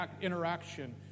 interaction